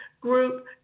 group